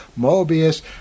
Mobius